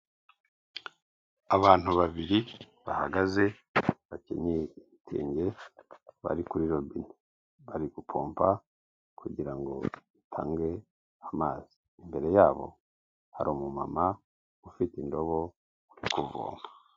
Abantu babiri bahagaze bakenye ibitenge bari kuri robine, bari gupompa kugirango bapanure amazi, imbere yabo hari umumama ufite indobo uri kuvoma.